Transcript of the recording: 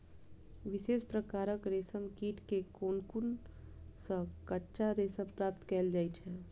विशेष प्रकारक रेशम कीट के कोकुन सं कच्चा रेशम प्राप्त कैल जाइ छै